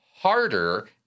harder